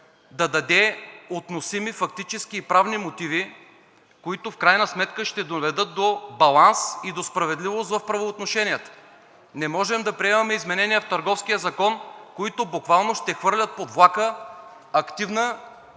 да даде относими фактически и правни мотиви, които в крайна сметка ще доведат до баланс и до справедливост в правоотношенията. Не можем да приемаме изменения в Търговския закон, които буквално ще хвърлят под влака активна,